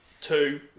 Two